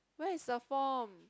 where is the form